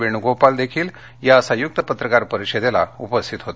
वेणगोपाल देखील या संयक्त पत्रकार परिषदेला उपस्थित होते